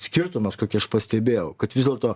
skirtumas kokį aš pastebėjau kad vis dėlto